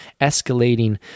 escalating